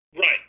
Right